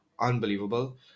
unbelievable